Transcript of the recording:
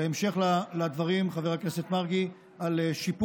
בהמשך לדברים עם חבר הכנסת מרגי, נשפר